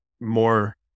more